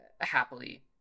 happily